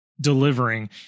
delivering